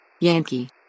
Yankee